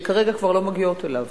שכרגע לא מגיעות אליו.